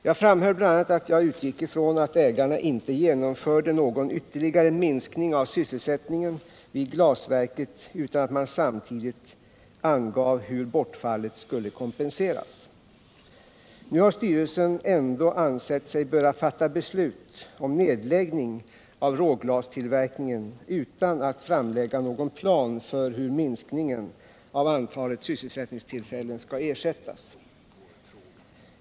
Jag framhöll bl.a. att jag utgick från att ägarna inte genomförde någon ytterligare minskning av sysselsättningen vid glasverket utan att man samtidigt angav hur bortfallet skulle kompenseras. Nu har styrelsen ändå ansett sig böra fatta beslut om nedläggning av råglastillverkningen utan att framlägga någon plan för hur minskningen av antalet sysselsättningstillfällen skall ersättas.